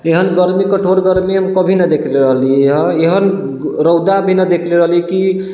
एहन गरमी कठोर गरमी हम कभी नहि देखले रहली हँ एहन रौदा भी नहि देखले रहली कि